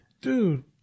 dude